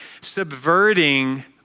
subverting